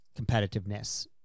competitiveness